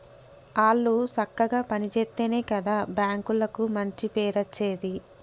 ఆళ్లు సక్కగ పని జేత్తెనే గదా బాంకులకు మంచి పేరచ్చేది